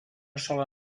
sola